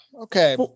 Okay